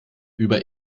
über